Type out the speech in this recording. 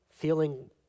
feeling